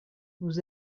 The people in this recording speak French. nous